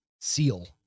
seal